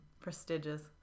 prestigious